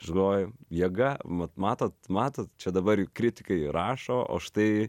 aš galvoju jėga mat matot matot čia dabar kritikai rašo o štai